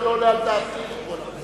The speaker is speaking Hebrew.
ולא רציתי לקרוא לך.